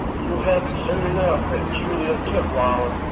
you'll have it soon enough at julia tutwiler.